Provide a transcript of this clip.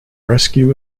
rescue